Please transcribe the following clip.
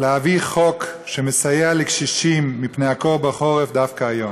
להביא חוק שמסייע לקשישים מפני הקור בחורף דווקא היום,